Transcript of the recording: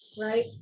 right